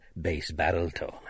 bass-barrel-tone